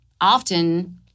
often